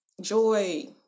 joy